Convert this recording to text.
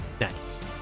Nice